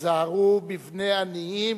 היזהרו בבני עניים